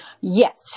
Yes